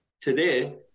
today